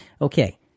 okay